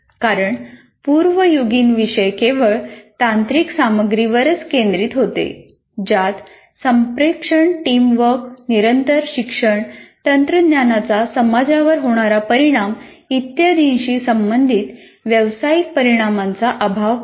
कारण पूर्व युगीन विषय केवळ तांत्रिक सामग्रीवरच केंद्रित होते ज्यात संप्रेषण टीम वर्क निरंतर शिक्षण तंत्रज्ञानाचा समाजावर होणारा परिणाम इत्यादीशी संबंधित व्यावसायिक परिणामांचा अभाव होता